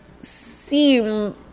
seem